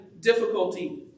difficulty